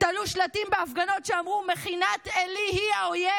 תלו שלטים בהפגנות שאמרו: "מכינת עלי היא האויב"